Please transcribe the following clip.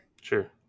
Sure